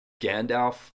gandalf